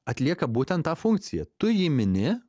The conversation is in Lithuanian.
atlieka būtent tą funkciją tu jį mini